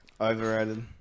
overrated